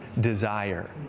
desire